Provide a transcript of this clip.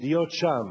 להיות שם